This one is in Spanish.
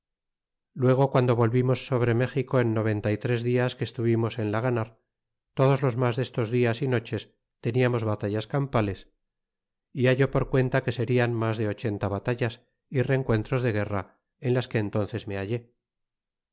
luego guando volvimos sobre méxico en noventa y tres dias que esteirnos en la ganar todos los mas tiestos dial y noches teniamos batallas campales y hallo por cuenta que serian mas de ochenta batallas y rencuentros de guerra en las que entón ces me hallé